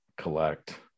collect